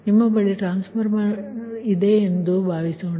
ನಿಮ್ಮ ಬಳಿ ಟ್ರಾನ್ಸ್ಫಾರ್ಮರ್ ಇದೆ ಎಂದು ಭಾವಿಸೋಣ